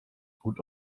gut